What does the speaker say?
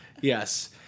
Yes